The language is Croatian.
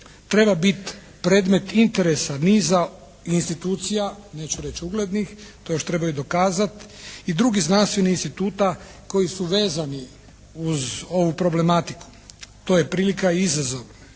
treba biti predmet interesa niza institucija, neću reći uglednih, to još trebaju dokazati i drugih znanstvenih instituta koji su vezani uz ovu problematiku. To je prilika i izazov.